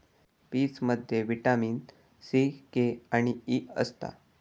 पीचमध्ये vitamin C, K आणि E असता